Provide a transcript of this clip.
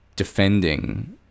Defending